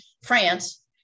France